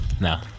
No